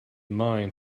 mind